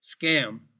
scam